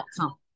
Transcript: outcome